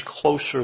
closer